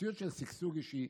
מציאות של שגשוג אישי,